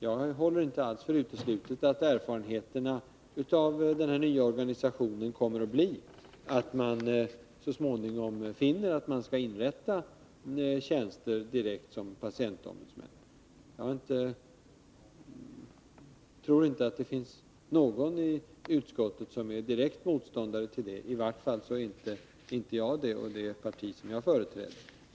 Jag håller inte alls för uteslutet att erfarenheterna av denna nya organisation kommer att bli, att man så småningom finner att tjänster som patientombudsmän bör inrättas. Jag tror inte att det finns någon i utskottet som är direkt motståndare till det, i vart fall är inte jag och det parti som jag företräder det.